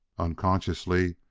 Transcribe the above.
unconsciously,